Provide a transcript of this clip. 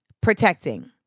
protecting